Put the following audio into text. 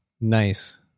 nice